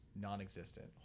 non-existent